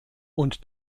und